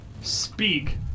speak